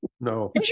no